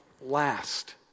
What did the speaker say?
last